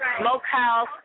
smokehouse